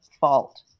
fault